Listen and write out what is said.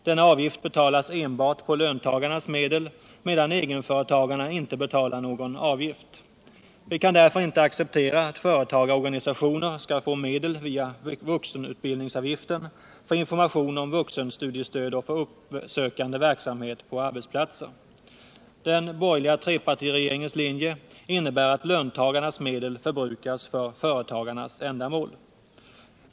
Denna avgift betalas enbart på löntagarnas medel, medan egenföretagarna inte betalar någon avgift. Vi kan därför inte acceptera att företagareorganisationer skall få medel via vuxenutbildningsavgiften för information om vuxenstudiestöd och för uppsökande verksamhet på arbetsplatser. Den borgerliga trepartiregeringens linje innebär att löntagarnas medel förbrukas för företagarnas ändamål.